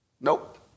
Nope